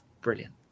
brilliant